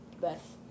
best